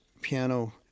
piano